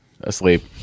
asleep